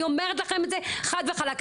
אני אומרת לכם את זה חד וחלק,